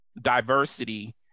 diversity